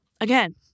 Again